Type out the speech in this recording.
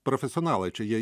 profesionalai čia jie